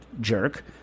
jerk